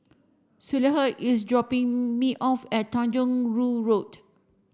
Schuyler is dropping me off at Tanjong Rhu Road